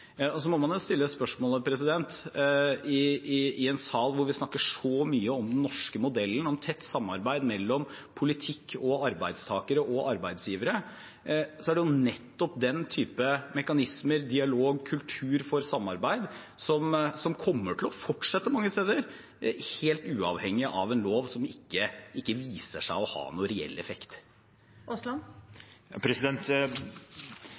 må jo stille spørsmålet, i en sal hvor vi snakker så mye om den norske modellen og om tett samarbeid mellom politikk og arbeidstakere og arbeidsgivere. Det er jo nettopp den type mekanismer, dialog og kultur for samarbeid som kommer til å fortsette mange steder, helt uavhengig av en lov som ikke viser seg å ha noen reell effekt.